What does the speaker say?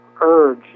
urge